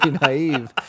naive